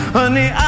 Honey